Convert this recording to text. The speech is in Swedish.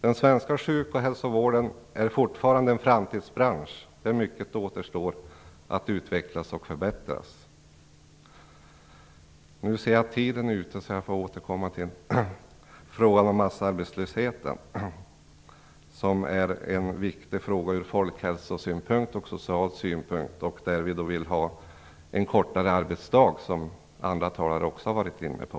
Den svenska sjuk-och hälsovården är fortfarande en framtidsbransch där mycket återstår att utvecklas och förbättras. Nu ser jag att min taletid är ute. Jag får återkomma till frågan om massarbetslösheten. Det är en viktig fråga ur folkhälsosynpunkt och social synpunkt. Vi vill ha en kortare arbetsdag, som andra talare också har varit inne på.